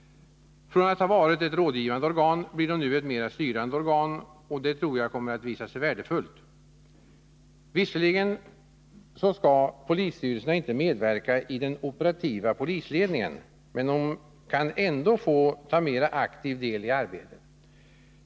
Från att ha varit ett rådgivande organ blir polisstyrelsen nu ett mera styrande organ, och det tror jag kommer att visa sig värdefullt. Visserligen skall polisstyrelserna inte medverka i den operativa polisledningen, men de kan ändå mera aktivt få ta del i arbetet.